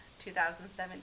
2017